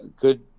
Good